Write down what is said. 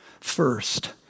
First